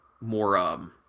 more